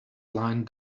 lined